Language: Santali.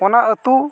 ᱚᱱᱟ ᱟᱛᱳ